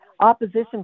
opposition